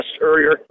earlier